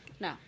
No